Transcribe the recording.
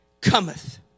cometh